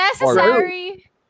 necessary